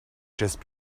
just